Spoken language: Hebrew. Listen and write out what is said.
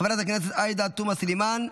חברת הכנסת עאידה תומא סלימאן,